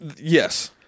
Yes